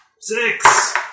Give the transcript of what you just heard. Six